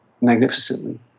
magnificently